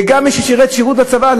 וגם מי ששירת בצבא.